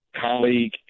colleague